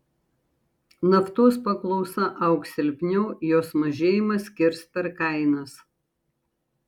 naftos paklausa augs silpniau jos mažėjimas kirs per kainas